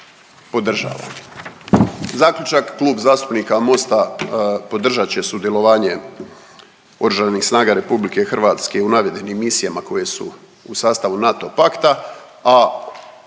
podržavam. Zaključak Klub zastupnika Mosta podržat će sudjelovanje Oružanih snaga Republike Hrvatske u navedenim misijama koje su u sastavu NATO pakta,